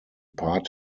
part